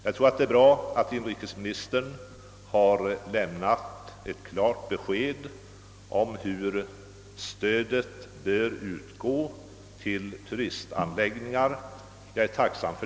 Jag är tacksam för att inrikesministern har lämnat ett klart besked om hur stödet bör utgå till turistanläggningar.